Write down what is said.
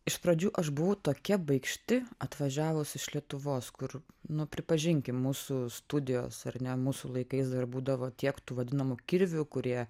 iš pradžių aš buvau tokia baikšti atvažiavus iš lietuvos kur nu pripažinkim mūsų studijos ar ne mūsų laikais dar būdavo tiek tų vadinamų kirvių kurie